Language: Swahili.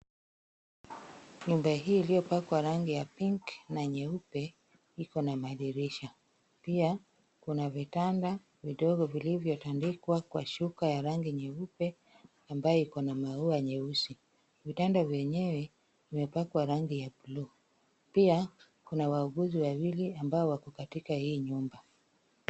Nyumba hii iliyopakwa rangi ya pink na nyeupe, iko na madirisha. Pia, kuna vitanda vidogo vilivyotandikwa kwa shuka ya rangi nyeupe ambayo iko na maua nyeusi. Vitanda vyenyewe vimepakwa rangi ya bluu. Pia, kuna wauguzi wawili ambao wako katika hii nyumba.